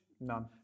None